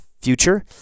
future